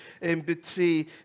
betray